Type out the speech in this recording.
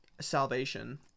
salvation